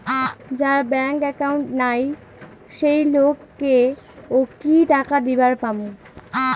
যার bank account নাই সেই লোক কে ও কি টাকা দিবার পামু?